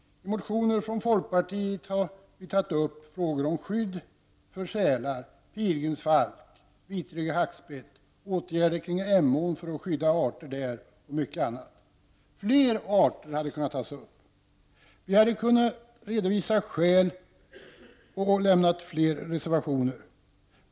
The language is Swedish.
Vi i folkpartiet har i motioner tagit upp frågor om skydd för sälar, pilgrimsfalk och vitryggig hackspett och åtgärder kring Emån för att skydda arter där, m.m. Fler arter hade kunnat nämnas. Vi hade kunnat redovisa fler skäl och skriva fler reservationer.